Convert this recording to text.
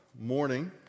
morning